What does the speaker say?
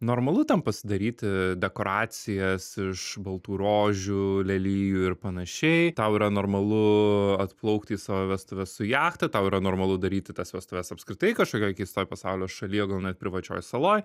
normalu tam pasidaryti dekoracijas iš baltų rožių lelijų ir panašiai tau yra normalu atplaukti į savo vestuves su jachta tau yra normalu daryti tas vestuves apskritai kažkokioj keistoj pasaulio šalyo gal net privačioj saloj